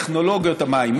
טכנולוגיות המים,